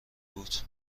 بود